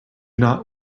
not